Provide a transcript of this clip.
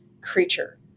creature